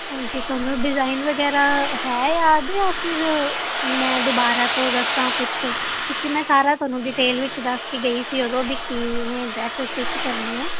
ਹਾਂਜੀ ਤੁਹਾਨੂੰ ਡਿਜ਼ਾਈਨ ਵਗੈਰਾ ਹੈ ਯਾਦ ਜਾਂ ਫਿਰ ਮੈਂ ਦੁਬਾਰਾ ਤੋਂ ਦੱਸਾ ਕੁਛ ਕਿਉਂਕਿ ਮੈਂ ਸਾਰਾ ਤੁਹਾਨੂੰ ਡਿਟੇਲ ਵਿੱਚ ਦੱਸ ਕੇ ਗਈ ਸੀ ਉਦੋਂ ਵੀ ਕਿਵੇਂ ਡਰੈਸ ਸਟਿਚ ਕਰਨੀ ਹੈ